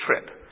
trip